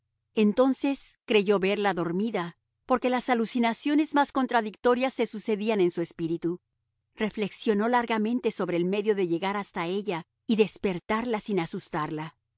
entonces creyó verla dormida porque las alucinaciones más contradictorias se sucedían en su espíritu reflexionó largamente sobre el medio de llegar hasta ella y despertarla sin asustarla